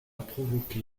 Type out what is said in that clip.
provoqué